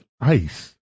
ice